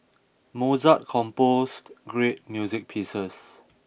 Mozart composed great music pieces